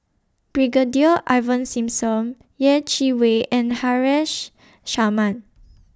Brigadier Ivan Simson Yeh Chi Wei and Haresh Sharma